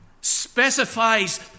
specifies